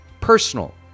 personal